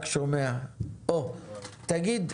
תגיד,